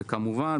כמובן,